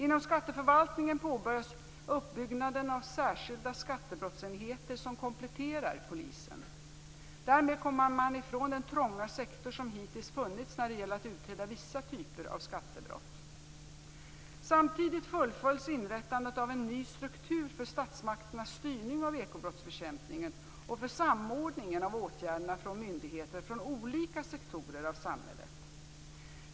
Inom skatteförvaltningen påbörjas uppbyggnaden av särskilda skattebrottsenheter som kompletterar polisen. Därmed kommer man ifrån den trånga sektor som hittills funnits när det gäller att utreda vissa typer av skattebrott. Samtidigt fullföljs inrättandet av en ny struktur för statsmakternas styrning av ekobrottsbekämpningen och för samordning av åtgärderna från myndigheter från olika sektorer i samhället.